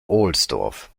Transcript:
ohlsdorf